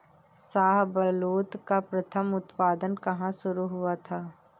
शाहबलूत का प्रथम उत्पादन कहां शुरू हुआ था?